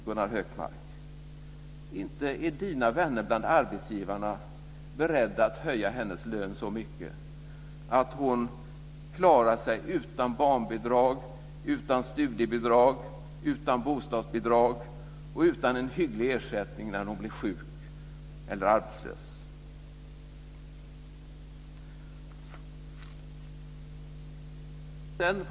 Inte är Gunnar Hökmarks vänner bland arbetsgivarna beredda att höja hennes lön så mycket att hon klarar sig utan barnbidrag, studiebidrag, bostadsbidrag och en hygglig ersättning när hon blir sjuk eller arbetslös.